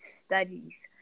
studies